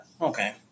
Okay